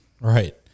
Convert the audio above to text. Right